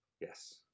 Yes